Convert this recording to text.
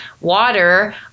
water